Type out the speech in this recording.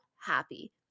happy